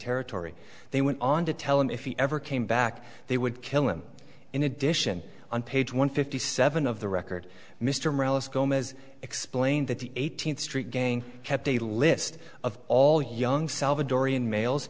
territory they went on to tell him if he ever came back they would kill him in addition on page one fifty seven of the record mr mehlis gomez explained that the eighteenth street gang kept a list of all young salvadorian males